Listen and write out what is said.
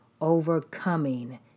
overcoming